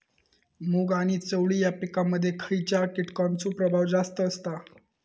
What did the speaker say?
मूग आणि चवळी या पिकांमध्ये खैयच्या कीटकांचो प्रभाव जास्त असता?